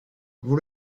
vous